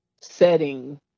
setting